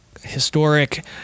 historic